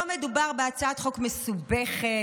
לא מדובר בהצעת חוק מסובכת,